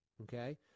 okay